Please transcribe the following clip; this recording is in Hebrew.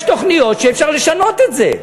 יש תוכניות שאפשר לשנות את זה.